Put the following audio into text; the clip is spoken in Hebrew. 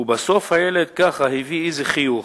ובסוף הילד ככה הביא איזה חיוך.